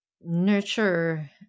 nurture